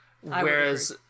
whereas